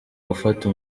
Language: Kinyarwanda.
gufata